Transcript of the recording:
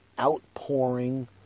outpouring